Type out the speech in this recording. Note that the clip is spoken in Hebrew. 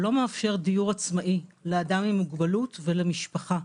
לא מאפשר דיור עצמאי לאדם עם מוגבלות ולמשפחה.